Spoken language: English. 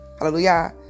Hallelujah